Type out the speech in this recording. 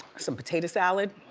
some potato salad.